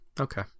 Okay